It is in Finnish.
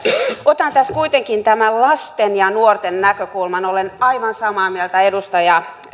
otan tässä kuitenkin tämän lasten ja nuorten näkökulman olen aivan samaa mieltä edustaja